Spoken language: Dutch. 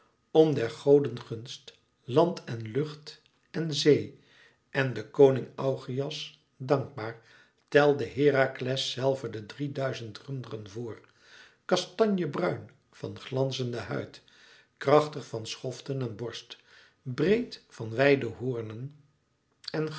om der goden gunst land en lucht en zee en de koning augeias dankbaar telde herakles zelve de drieduizend runderen voor kastanjebruin van glanzenden huid krachtig van schoften en borst breed van wijde hoornen en